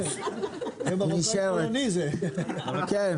נשארת, כן.